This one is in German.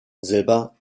silber